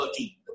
13